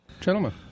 Gentlemen